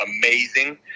amazing